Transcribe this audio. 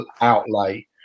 outlay